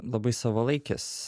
labai savalaikis